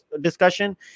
discussion